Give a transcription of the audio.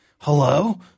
Hello